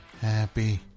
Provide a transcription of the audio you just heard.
happy